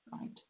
right